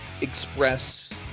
express